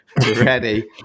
ready